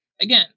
again